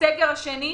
בסגר השני,